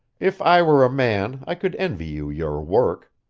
if i were a man i could envy you your work.